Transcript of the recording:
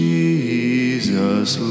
Jesus